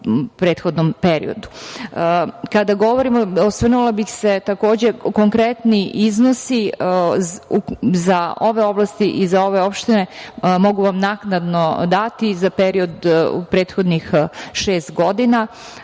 prethodnom periodu. Osvrnula bih se, takođe, konkretne iznose za ove oblasti i za ove opštine mogu vam naknadno dati za period od prethodnih šest godina. Kada